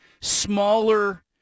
smaller